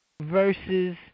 versus